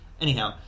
Anyhow